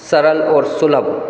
सरल और सुलभ